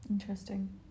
Interesting